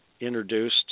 introduced